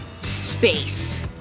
space